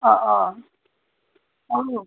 অঁ অঁ অঁ